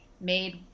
made